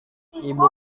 ibu